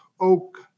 Oak